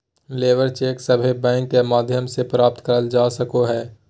labour cheque सभे bank के माध्यम से प्राप्त करल जा सको हय